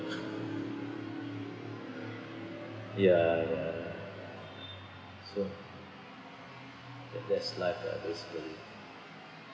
ya ya so ya that's life lah basically